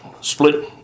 split